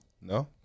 No